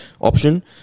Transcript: option